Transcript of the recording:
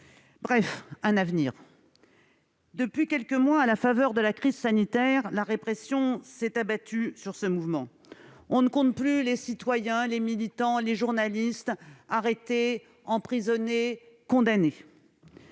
Bref, un avenir. Depuis quelques mois, à la faveur de la crise sanitaire, la répression s'est abattue sur ce mouvement. On ne compte plus les citoyens, les militants, les journalistes arrêtés, emprisonnés, condamnés.